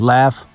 Laugh